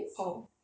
oh